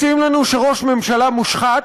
מציעים לנו שראש ממשלה מושחת,